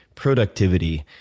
productivity,